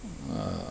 err